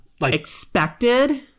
...expected